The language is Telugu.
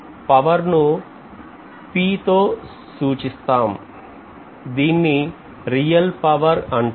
పవర్ ను P తో చూపిస్తాం